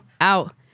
out